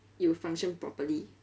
it'll function properly